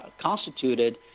constituted